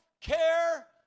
care